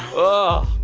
oh,